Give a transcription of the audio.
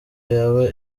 yaba